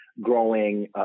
growing